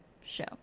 show